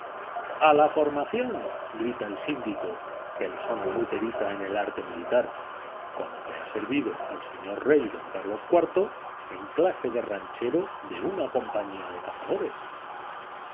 a la formación grita el síndico persona muy perita en el arte militar como que ha servido al señor rey don carlos iv en clase de ranchero de una compañía de cazadores